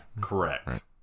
Correct